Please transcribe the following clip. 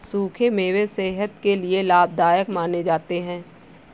सुखे मेवे सेहत के लिये लाभदायक माने जाते है